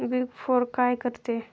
Big four काय करते?